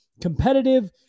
competitive